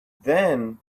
then